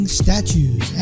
statues